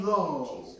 Love